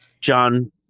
John